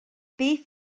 beth